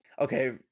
Okay